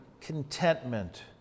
contentment